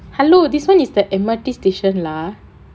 hello this [one] is the M_R_T station lah